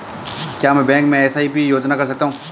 क्या मैं बैंक में एस.आई.पी योजना कर सकता हूँ?